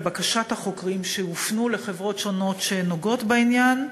לבקשת החוקרים שהופנו לחברות שונות שנוגעות בעניין,